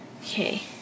Okay